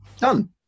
done